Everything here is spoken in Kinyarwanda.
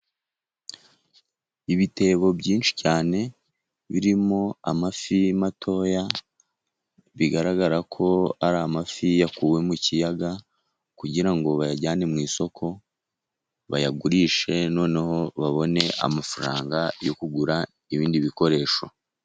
Ibitebo byinshi cyane birimo amafi matoya, bigaragara ko ari amafi yakuwe mu kiyaga, kugira ngo bayajyane mu isoko bayagurishe, noneho babone amafaranga yo kugura, ibindi bikoresho.